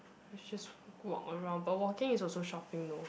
let's just walk around but walking is also shopping though